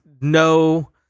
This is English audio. no